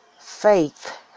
faith